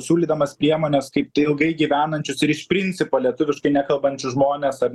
siūlydamas priemones kaip tai ilgai gyvenančius ir iš principo lietuviškai nekalbančius žmones ar